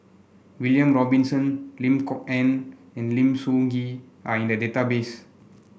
William Robinson Lim Kok Ann and Lim Soo Ngee are in the database